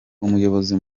umuyobozi